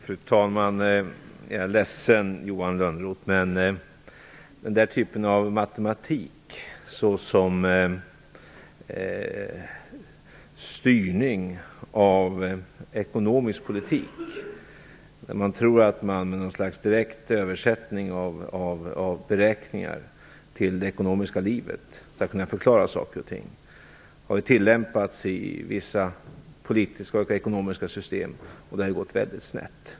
Fru talman! Jag är ledsen, Johan Lönnroth, men den typen av matematik såsom styrning av ekonomisk politik där man tror att man med något slags direkt översättning av beräkningar till det ekonomiska livet skall kunna förklara saker och ting har ju tillämpats i vissa politiska och ekonomiska system, och det har ju gått väldigt snett.